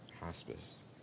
hospice